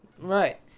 Right